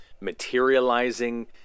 materializing